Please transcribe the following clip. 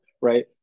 right